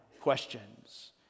questions